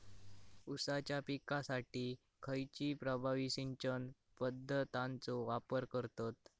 ऊसाच्या पिकासाठी खैयची प्रभावी सिंचन पद्धताचो वापर करतत?